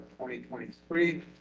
2023